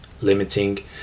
limiting